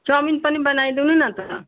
chowmein पनि बनाइदिनु नि त